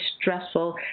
stressful